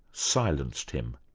silenced him?